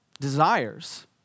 desires